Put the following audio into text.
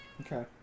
Okay